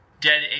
Dead